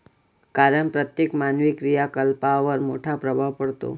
कारण प्रत्येक मानवी क्रियाकलापांवर मोठा प्रभाव पडतो